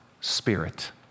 Spirit